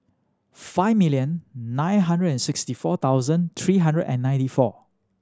five million nine hundred and sixty four thousand three hundred and ninety four